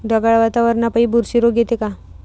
ढगाळ वातावरनापाई बुरशी रोग येते का?